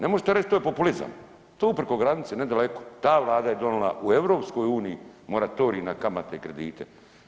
Ne možete reći to je populizam, tu preko granice ne daleko, ta vlada je donijela u EU moratorij na kamate i kredite.